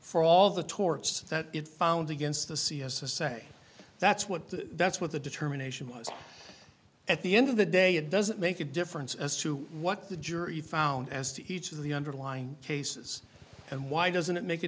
for all the torts that it found against the c s a that's what that's what the determination was at the end of the day it doesn't make a difference as to what the jury found as to each of the underlying cases and why doesn't it make a